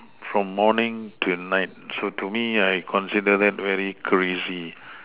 from morning to night so to me I consider that very crazy